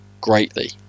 greatly